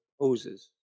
poses